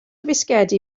fisgedi